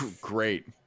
Great